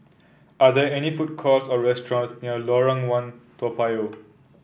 are there any food courts or restaurants near Lorong One Toa Payoh